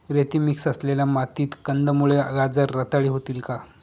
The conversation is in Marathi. रेती मिक्स असलेल्या मातीत कंदमुळे, गाजर रताळी होतील का?